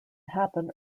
happen